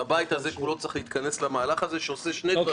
והבית הזה כולו צריך להתכנס למהלך הזה שעושה שני דברים.